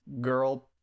girl